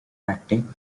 acting